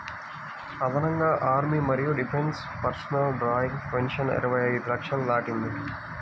అదనంగా ఆర్మీ మరియు defence personnel drawing pension ఇరవై ఐదు లక్షలు దాటింది